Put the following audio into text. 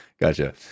gotcha